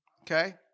Okay